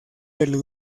del